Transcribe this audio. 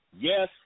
yes